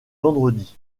vendredi